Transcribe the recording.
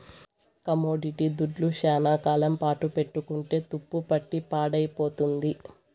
commodity దుడ్లు శ్యానా కాలం పాటు పెట్టుకుంటే తుప్పుపట్టి పాడైపోతుంది